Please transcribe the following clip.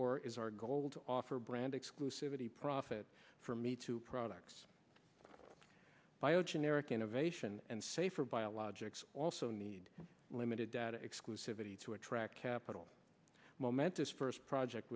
or is our goal to offer brand exclusivity profit for me to products bio generic innovation and safer biologics also need limited data exclusivity to attract capital momentous first project